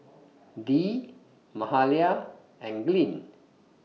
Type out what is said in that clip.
Dee Mahalia and Glynn